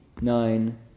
nine